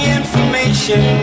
information